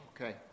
Okay